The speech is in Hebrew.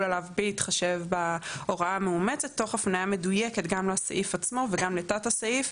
עליו בהתחשב בהוראה המדויקת גם לסעיף עצמו וגם לתת הסעיף.